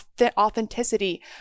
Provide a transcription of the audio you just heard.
authenticity